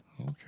Okay